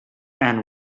and